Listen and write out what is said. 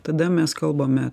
tada mes kalbame